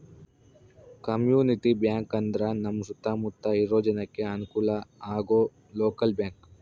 community bank ಅಂದ್ರ ನಮ್ ಸುತ್ತ ಮುತ್ತ ಇರೋ ಜನಕ್ಕೆ ಅನುಕಲ ಆಗೋ ಲೋಕಲ್ ಬ್ಯಾಂಕ್